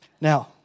Now